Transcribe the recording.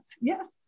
yes